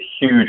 huge